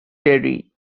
terry